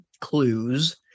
clues